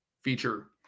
feature